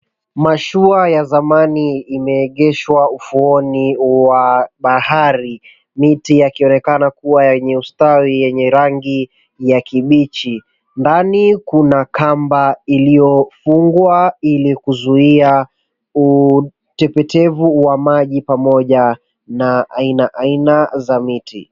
Mashua ya zamani ,imeegeshwa ufuoni wa bahari .Miti ikionekana kuwa yenye ustawi yenye rangi ya kibichi. Ndani Kuna kamba iliyofungwa ,ili kuzuia utepetevu wa maji pamoja na aina aina za miti .